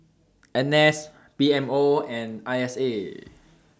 N S P M O and I S A